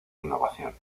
innovación